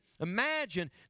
Imagine